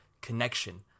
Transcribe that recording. connection